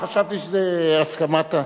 חשבתי שזה הסכמת,